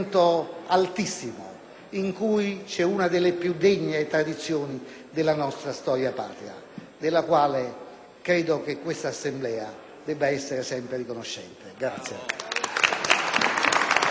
si riflette una delle più degne tradizioni della nostra storia patria della quale credo che quest'Assemblea debba essere sempre riconoscente.